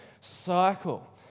cycle